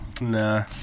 Nah